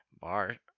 bar